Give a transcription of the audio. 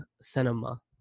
cinema